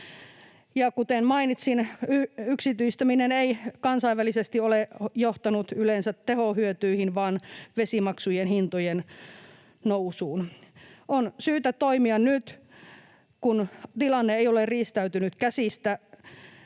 kuten mainitsin, yksityistäminen ei kansainvälisesti ole yleensä johtanut tehohyötyihin vaan vesimaksujen hintojen nousuun. On syytä toimia nyt, kun tilanne ei ole riistäytynyt käsistä.